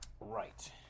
Right